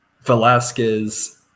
Velasquez